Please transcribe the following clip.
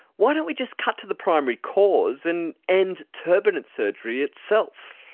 why don't we just cut to the primary cause and end turbinate surgery itself?